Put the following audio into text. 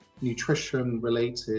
nutrition-related